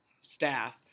staff